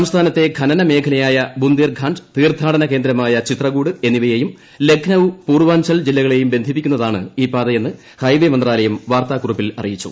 സംസ്ഥാനത്തെ ഖനന മേഖലയായുംബുദ്ദേർഖാണ്ഡ് തീർത്ഥാടന കേന്ദ്രമായ ചിത്രക്കൂട് എന്നിവിയെയ്യും ലക്നൌ പൂർവാഞ്ചൽ ജില്ലകളേയും ബന്ധിപ്പിക്കൂന്ന്ത്യാണ് ഈ പാതയെന്ന് ഹൈവേ മന്ത്രാലയം വാർത്താക്കുറിപ്പിൽ അറിയിച്ചു